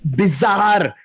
bizarre